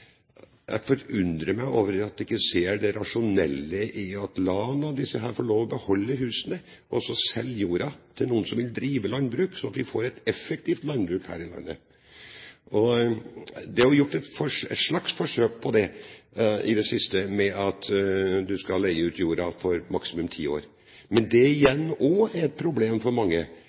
Jeg forundres over at man ikke ser det rasjonelle i å la folk få beholde husene og selge jorden til noen som vil drive landbruk, sånn at vi får et effektivt landbruk her i landet. Det er gjort et slags forsøk på det i det siste ved at du skal leie ut jorda for maksimum ti år. Det igjen er også et problem for mange,